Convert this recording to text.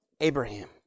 Abraham